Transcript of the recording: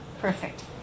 perfect